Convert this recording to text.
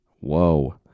Whoa